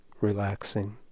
relaxing